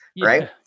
right